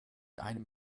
einem